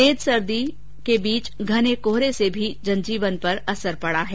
तेज सर्दी के बीच घने कोहरे से भी जनजीवन पर असर पडा है